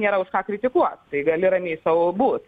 nėra už ką kritikuot tai gali ramiai sau būt